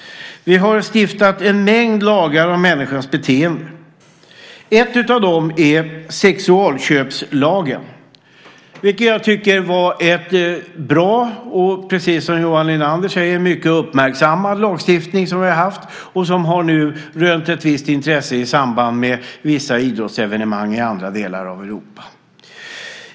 Vi har stiftat en mängd lagar om människans beteende. En av dem är sexköpslagen, som jag tycker var bra. Precis som Johan Linander säger är det också en mycket uppmärksammad lagstiftning som nu även har rönt ett visst intresse i samband med vissa idrottsevenemang i andra delar av Europa.